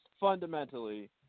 fundamentally